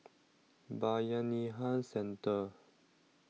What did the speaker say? Bayanihan Centre